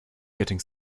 getting